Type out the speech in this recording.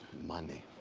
money.